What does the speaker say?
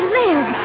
live